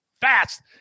fast